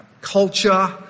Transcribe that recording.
culture